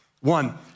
One